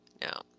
no